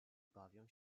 bawią